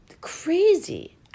crazy